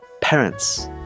Parents